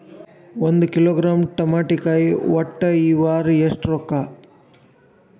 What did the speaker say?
ಒಂದ್ ಕಿಲೋಗ್ರಾಂ ತಮಾಟಿಕಾಯಿ ಒಟ್ಟ ಈ ವಾರ ಎಷ್ಟ ರೊಕ್ಕಾ?